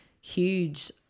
huge